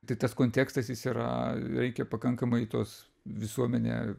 tai tas kontekstas jis yra reikia pakankamai tos visuomenė